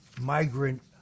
migrant